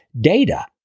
data